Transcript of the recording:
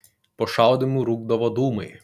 po šaudymų rūkdavo dūmai